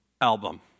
album